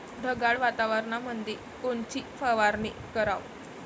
ढगाळ वातावरणामंदी कोनची फवारनी कराव?